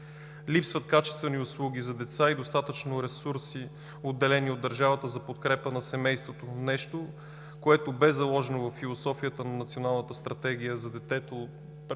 Липсват качествени услуги за деца и достатъчно ресурси, отделени от държавата, за подкрепа на семейството – нещо, което бе заложено във философията на Националната стратегия за детето